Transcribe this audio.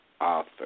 author